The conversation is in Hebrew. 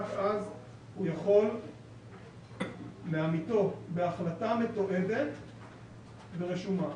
רק אז הוא יכול להמיתו בהחלטה מתועדת ורושמה.